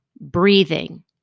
breathing